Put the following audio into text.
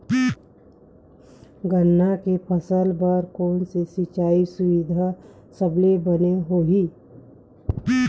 गन्ना के फसल बर कोन से सिचाई सुविधा सबले बने होही?